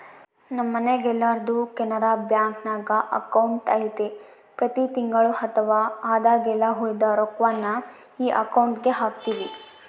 ನಮ್ಮ ಮನೆಗೆಲ್ಲರ್ದು ಕೆನರಾ ಬ್ಯಾಂಕ್ನಾಗ ಅಕೌಂಟು ಐತೆ ಪ್ರತಿ ತಿಂಗಳು ಅಥವಾ ಆದಾಗೆಲ್ಲ ಉಳಿದ ರೊಕ್ವನ್ನ ಈ ಅಕೌಂಟುಗೆಹಾಕ್ತಿವಿ